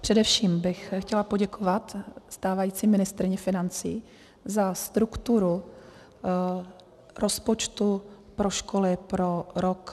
Především bych chtěla poděkovat stávající ministryni financí za strukturu rozpočtu pro školy pro rok 2019.